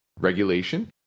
regulation